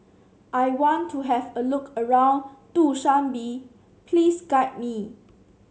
I want to have a look around Dushanbe please guide me